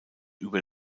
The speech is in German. über